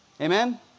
Amen